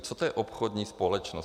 Co to je obchodní společnost?